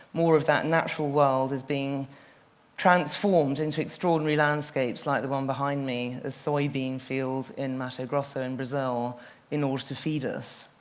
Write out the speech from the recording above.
more of that natural world is being transformed into extraordinary landscapes like the one behind me it's soybean fields in mato grosso in brazil in order to feed us.